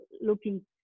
looking